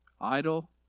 Idle